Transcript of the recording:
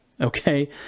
Okay